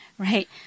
Right